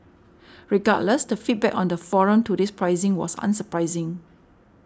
regardless the feedback on the forum to this pricing was unsurprising